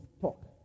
talk